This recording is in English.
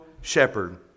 shepherd